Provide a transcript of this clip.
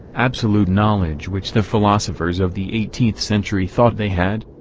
absolute knowledge which the philosophers of the eighteenth century thought they had?